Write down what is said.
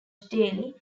daily